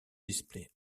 display